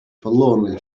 forlornly